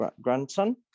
grandson